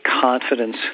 confidence